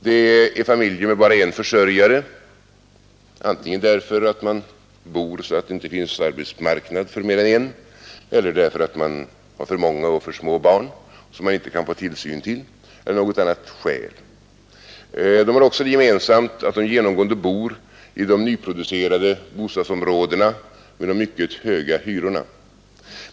Det är familjer med bara en försörjare, antingen därför att man bor så att det inte finns arbetsmarknad för mer än en eller därför att man har för många och för små barn som man inte kan skaffa tillsyn till eller något annat skäl. De har också det gemensamt att de genomgående bor i de nyproducerade bostadsområdena med de mycket höga hyrorna.